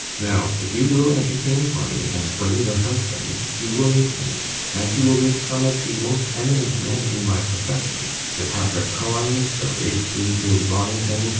now if you will entertain for me, and bring your husband, he will meet me and he will meet some of the most eminent men in my profession sir patrick cullen, sir ralph bloomfield bonington,